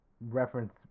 reference